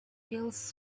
feels